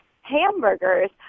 hamburgers